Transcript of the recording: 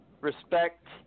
respect